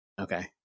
Okay